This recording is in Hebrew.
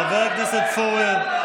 חבר הכנסת פורר.